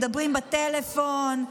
מדברים בטלפון,